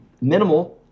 minimal